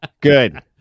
good